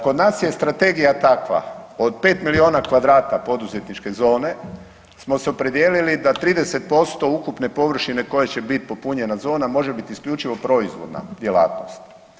Kod nas je strategija takva, od 5 milijuna kvadrata poduzetničke zone smo se opredijelili da 30% ukupne površine koje će biti popunjena zona, može biti isključivo proizvodna djelatnost.